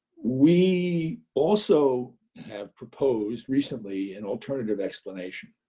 we also have proposed recently an alternative explanation